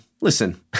Listen